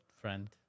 friend